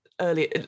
Earlier